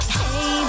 hey